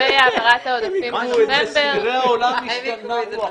אנחנו בסדרי עולם חדשים.